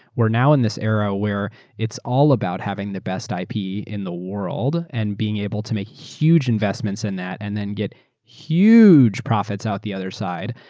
we're now in this era where it's all about having the best ip in the world and being able to make huge investments in that, and then get huge profits out the other side.